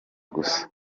gusa